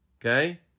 Okay